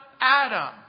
Adam